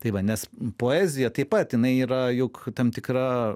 tai va nes poezija taip pat jinai yra juk tam tikra